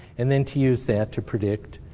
and then to use that to predict